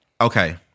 okay